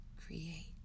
create